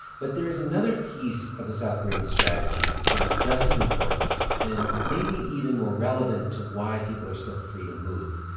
but there is another piece of the south korean strategy that is just as important and maybe even more relevant to why people are still free to move.